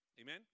Amen